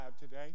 today